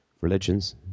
religions